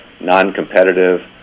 non-competitive